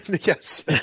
yes